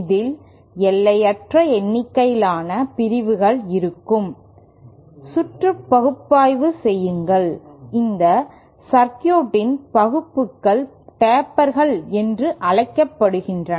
இதில்எல்லையற்ற எண்ணிக்கையிலான பிரிவுகள் இருக்கும் சுற்று பகுப்பாய்வு செய்யுங்கள் இந்த சர்க்யூட்டின் வகுப்புகள் டேப்பர்கள் என்று அழைக்கப்படுகின்றன